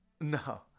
No